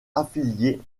affiliée